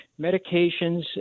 medications